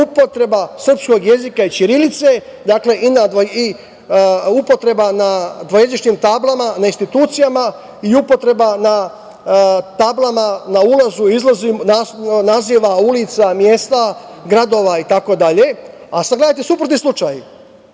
upotreba srpskog jezika i ćirilice, dakle, upotreba na dvojezičnim tablama na institucijama i upotreba na tablama na ulazu i izlazu naziva ulica, mesta, gradova itd. Sad gledajte suprotni slučaj,